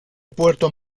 puerto